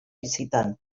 bizitan